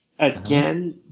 Again